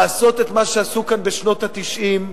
לעשות את מה שעשו כאן בשנות ה-90,